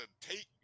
take